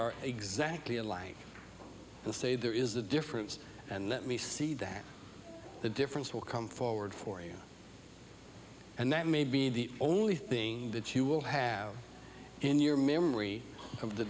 are exactly alike the say there is the difference and let me see that the difference will come forward for you and that may be the only thing that you will have in your memory of the